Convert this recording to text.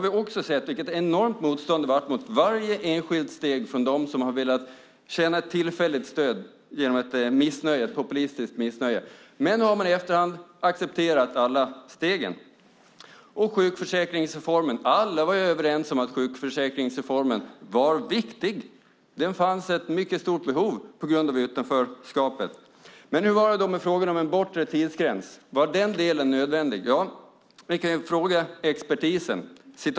Vi har sett vilket enormt motstånd det varit mot varje enskilt steg från dem som har velat känna ett tillfälligt stöd genom ett populistiskt missnöje. Men nu har man i efterhand accepterat alla stegen. Alla var överens om att sjukförsäkringsreformen var viktig. Det fanns ett mycket stort behov, på grund av utanförskapet. Men hur var det då med frågan om en bortre tidsgräns? Var den delen nödvändig? Ja, vi kan ju fråga expertisen.